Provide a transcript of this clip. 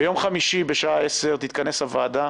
ביום חמישי ב-10:00 תתכנס הוועדה.